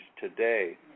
today